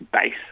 base